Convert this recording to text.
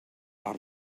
are